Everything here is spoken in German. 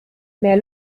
mehr